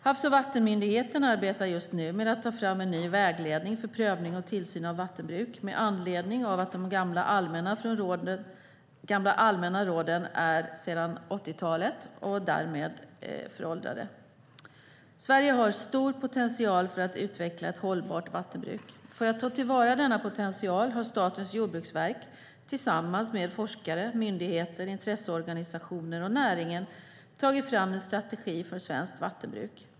Havs och vattenmyndigheten arbetar just nu med att ta fram en ny vägledning för prövning och tillsyn av vattenbruk med anledning av att de gamla allmänna råden är sedan 80-talet och därmed föråldrade. Sverige har stor potential för att utveckla ett hållbart vattenbruk. För att ta till vara denna potential har Statens jordbruksverk tillsammans med forskare, myndigheter, intresseorganisationer och näringen tagit fram en strategi för svenskt vattenbruk.